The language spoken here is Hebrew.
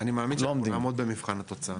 אני מאמין שנעמוד במבחן התוצאה,